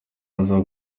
aho